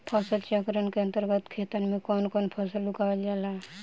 फसल चक्रण के अंतर्गत खेतन में कवन कवन फसल उगावल जाला?